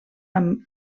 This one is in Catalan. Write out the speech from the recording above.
amb